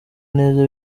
neza